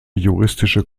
juristische